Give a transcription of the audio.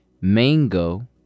mango